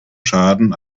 schaden